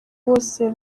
bose